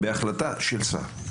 בהחלטה של שר.